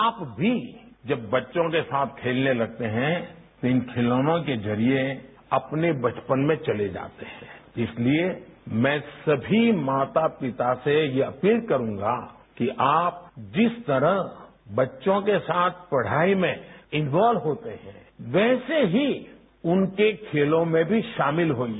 आप भी जब बच्चों के साथ खेलने लगते हैं तो इन खिलौनों के जरिए अपने बचपने में चले जाते हैं इसलिए मैं सभी माता पिता से ये अपील करूंगा कि आप जिस तरह बच्चों के साथ पढाई में इनवोल्व होते हैं वैसी ही उनके खेलों में भी शामिल होइए